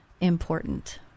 important